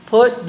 Put